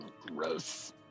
Gross